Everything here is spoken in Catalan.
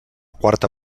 quarta